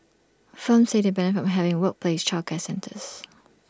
firms said they benefit from having workplace childcare centres